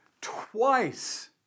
twice